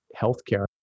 healthcare